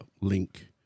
link